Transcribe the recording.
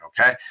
Okay